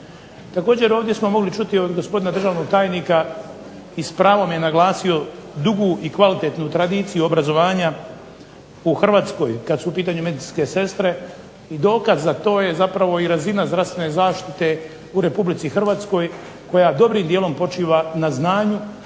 Također, ovdje smo mogli čuti od gospodina državnog tajnika i s pravom je naglasio dugu i kvalitetnu tradiciju obrazovanja u Hrvatskoj kad su u pitanju medicinske sestre i dokaz, a to je zapravo i razina zdravstvene zaštite u Republici Hrvatskoj koja dobrim dijelom počiva na znanju